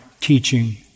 teaching